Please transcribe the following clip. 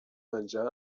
menjar